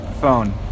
Phone